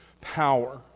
power